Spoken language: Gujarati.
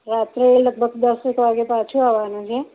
રાત્રે લગભગ દસ એક વાગે પાછું આવવાનું છે